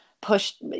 pushed